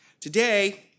Today